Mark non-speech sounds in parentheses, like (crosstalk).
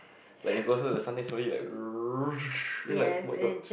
like you closer to the sun then slowly like (noise) then like [oh]-my-god